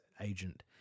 agent